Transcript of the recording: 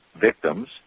victims